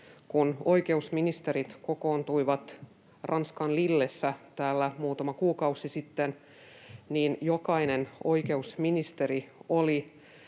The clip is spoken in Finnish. kun oikeusministerit kokoontuivat Ranskan Lillessä muutama kuukausi sitten, jokainen oikeusministeri oli